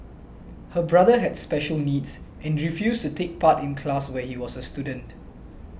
her brother had special needs and refused to take part in class when he was a student